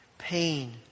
pain